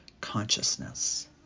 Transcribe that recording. consciousness